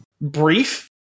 brief